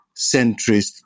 centrist